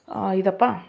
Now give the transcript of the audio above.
ಇದಪ್ಪಾ